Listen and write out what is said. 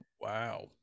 Wow